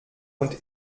und